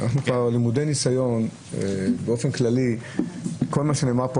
אבל אנחנו כבר למודי ניסיון שכל מה שנאמר פה